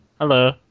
hello